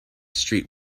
street